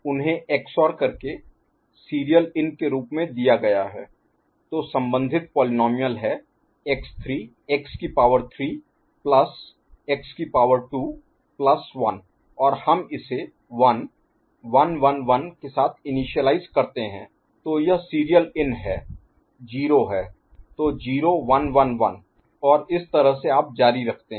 उन्हें XOR करके serial in के रूप में दिया गया है तो संबंधित पोलीनोमिअल है x3 x की पावर 3 प्लस x की पावर 2 प्लस 1 और हम इसे 1 1 1 1 के साथ इनिशियलाईज करते हैं तो यह सीरियल इन 0 है तो 0 1 1 1 और इस तरह से आप जारी रखते हैं